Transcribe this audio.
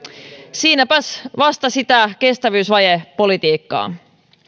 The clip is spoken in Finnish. siinäpäs vasta sitä kestävyysvajepolitiikkaa